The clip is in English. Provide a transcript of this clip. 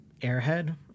airhead